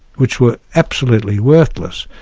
which were absolutely worthless,